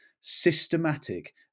systematic